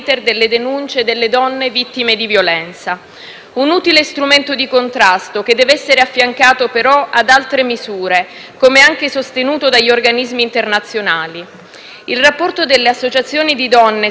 Un utile strumento di contrasto che deve essere affiancato però ad altre misure, come anche sostenuto dagli organismi internazionali. Il rapporto delle associazioni di donne sull'attuazione della convenzione di Istanbul in Italia,